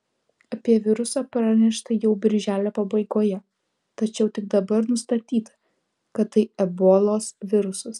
apie virusą pranešta jau birželio pabaigoje tačiau tik dabar nustatyta kad tai ebolos virusas